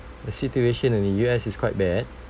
the situation in the U_S is quite bad